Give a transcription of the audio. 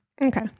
okay